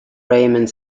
raymond